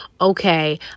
okay